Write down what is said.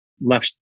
left